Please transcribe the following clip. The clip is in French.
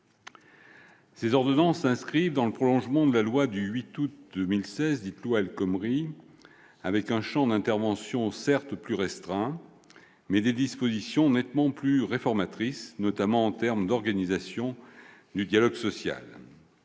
Ces ordonnances s'inscrivent dans le prolongement de la loi du 8 août 2016, dite « loi El Khomri » avec un champ d'intervention plus restreint, mais des dispositions nettement plus réformatrices, notamment en ce qui concerne l'organisation du dialogue social.